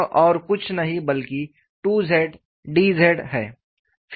वह और कुछ नहीं बल्कि 2 z dz है